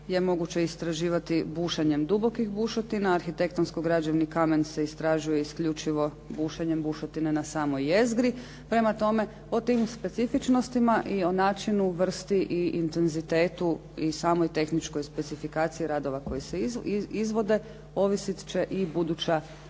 je moguće istraživati bušenjem dubokih bušotina, arhitektonsko građevni kamen se istražuje isključivo bušenjem bušotine na samoj jezgri. Prema tome, o tim specifičnostima i o načinu i vrsti i intenzitetu i o samoj tehničkoj specifikaciji radova koji se izvode, ovisit će i buduća